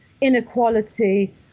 inequality